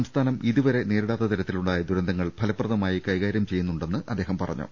സംസ്ഥാനം ഇതുവരെ നേരിടാത്ത തരത്തിലുണ്ടായ ദുരന്തങ്ങൾ ഫലപ്രദമായി കൈകാര്യം ചെയ്യുന്നു ണ്ടെന്ന് അദ്ദേഹം പറഞ്ഞു